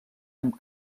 amb